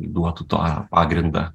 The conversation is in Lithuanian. duotų tą pagrindą